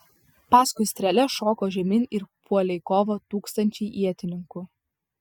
paskui strėles šoko žemyn ir puolė į kovą tūkstančiai ietininkų